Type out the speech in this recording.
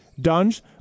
Dunge